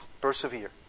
persevere